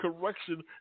correction